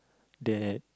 that